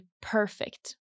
perfect